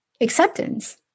acceptance